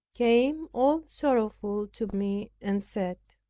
came all sorrowful to me, and said,